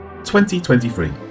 2023